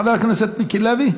חבר הכנסת מיקי לוי,